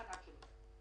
הפחותה מ-50%